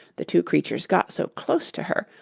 the two creatures got so close to her,